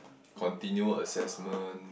continual assessment